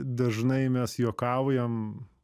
dažnai mes juokaujam